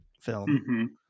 film